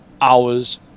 hours